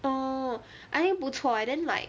orh I think 不错 eh then like